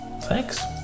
Thanks